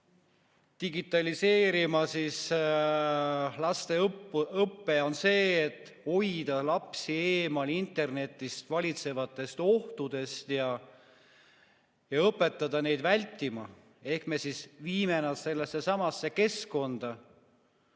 digitaliseerima laste õpet, on see, et hoida lapsi eemal internetis valitsevatest ohtudest ja õpetada neid vältima. Ehk me viime nad sellessesamasse keskkonda,